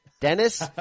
Dennis